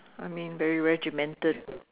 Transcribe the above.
I mean very regimented